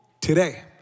today